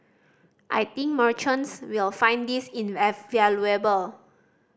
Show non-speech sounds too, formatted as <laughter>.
I think merchants will find this <unintelligible>